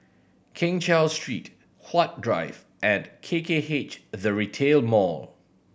Keng Cheow Street Huat Drive and K K H The Retail Mall